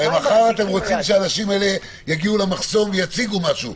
מחר אתם רוצים שהאנשים האלה יגיעו למחסום ויציגו משהו.